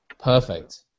perfect